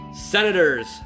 Senators